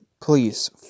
please